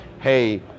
hey